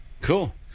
Cool